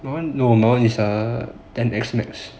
no no no my [one] is x s max